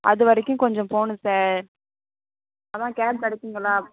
அது வரிக்கும் கொஞ்சம் போனும் சார் அதுதான் கேப் கிடைக்குங்களா